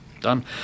Done